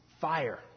fire